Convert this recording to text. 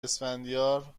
اسفندیار